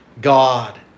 God